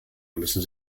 müssen